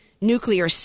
Nuclear